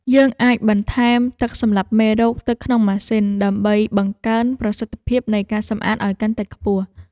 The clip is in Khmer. យើងអាចបន្ថែមទឹកសម្លាប់មេរោគទៅក្នុងម៉ាស៊ីនដើម្បីបង្កើនប្រសិទ្ធភាពនៃការសម្អាតឱ្យកាន់តែខ្ពស់។